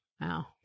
Wow